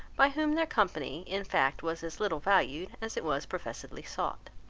by whom their company, in fact was as little valued, as it was professedly sought.